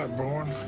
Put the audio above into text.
ah bourne.